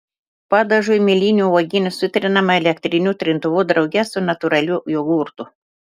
padažui mėlynių uogienė sutrinama elektriniu trintuvu drauge su natūraliu jogurtu